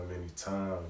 anytime